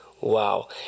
Wow